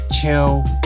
chill